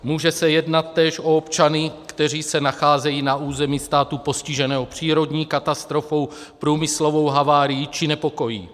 Může se jednat též o občany, kteří se nacházejí na území státu postiženého přírodní katastrofou, průmyslovou havárií či nepokoji.